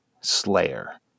Slayer